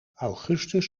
augustus